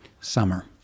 summer